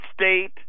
State